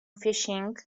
fishing